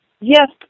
Yes